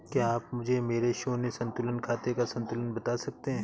क्या आप मुझे मेरे शून्य संतुलन खाते का संतुलन बता सकते हैं?